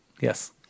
yes